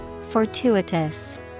Fortuitous